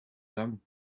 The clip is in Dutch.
lang